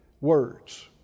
words